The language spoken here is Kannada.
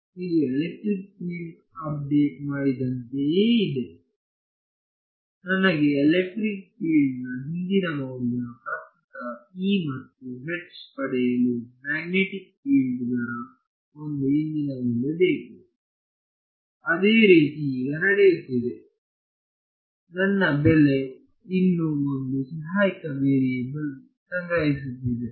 ಇದು ಎಲೆಕ್ಟ್ರಿಕ್ ಫೀಲ್ಡ್ ಅಪ್ಡೇಟ್ ದಂತೆಯೇ ಇದೆ ನನಗೆ ಎಲೆಕ್ಟ್ರಿಕ್ ಫೀಲ್ಡ್ದ ಹಿಂದಿನ ಮೌಲ್ಯ ಪ್ರಸ್ತುತ E ಮತ್ತು H ಪಡೆಯಲು ಮ್ಯಾಗ್ನೆಟಿಕ್ ಫೀಲ್ಡ್ ದರೆ ಒಂದು ಹಿಂದಿನ ಮೌಲ್ಯ ಬೇಕು ಅದೇ ರೀತಿ ಈಗ ನಡೆಯುತ್ತಿದೆ ನನ್ನ ಬೆಲೆ ಇನ್ನೂ ಒಂದು ಸಹಾಯಕ ವೇರಿಯಬಲ್ ಸಂಗ್ರಹಿಸುತ್ತಿದೆ